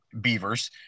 beavers